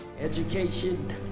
Education